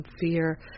Fear